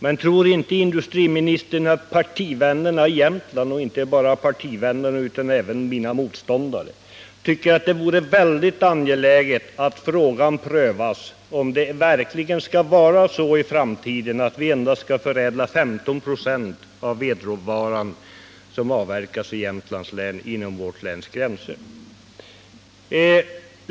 Men tror inte industriministern att partivännerna i Jämtland — och inte bara partivännerna utan även mina politiska meningsmotståndare — tycker att det vore väldigt angeläget att frågan prövades om vi i framtiden inom länets gränser endast skall förädla 15 26 av den vedråvara som avverkas inom vårt läns gränser?